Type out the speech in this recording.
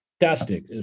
Fantastic